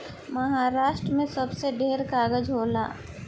महारास्ट्र मे सबसे ढेर कागज़ होला